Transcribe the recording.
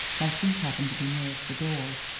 my seat happened to be nearest the door,